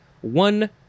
one